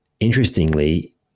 Interestingly